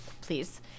please